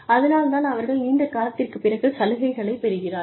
அதனால் தான் அவர்கள் நீண்ட காலத்திற்குப் பிறகு சலுகைகளைப் பெறுகிறார்கள்